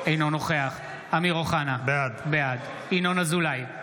אינו נוכח אמיר אוחנה, בעד ינון אזולאי,